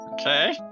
okay